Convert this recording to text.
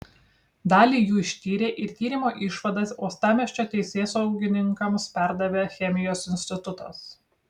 dalį jų ištyrė ir tyrimo išvadas uostamiesčio teisėsaugininkams perdavė chemijos institutas